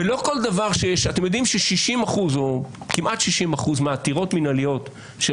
אתם יודעים שכמעט מ-60% מהעתירות המינהליות של